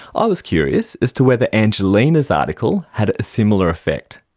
i was curious as to whether angelina's article had a similar effect.